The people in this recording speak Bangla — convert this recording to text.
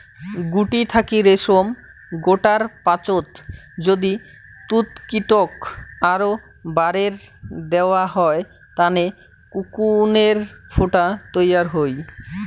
গুটি থাকি রেশম গোটার পাচত যদি তুতকীটক আরও বারের দ্যাওয়া হয় তানে কোকুনের ফুটা তৈয়ার হই